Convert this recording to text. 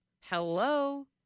Hello